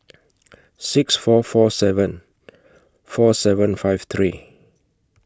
six four four seven four seven five three